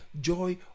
joy